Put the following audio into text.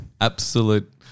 Absolute